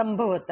સંભવત